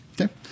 Okay